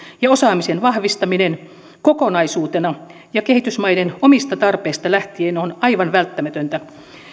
ja osaamisen vahvistaminen kokonaisuutena ja kehitysmaiden omista tarpeista lähtien on aivan välttämätöntä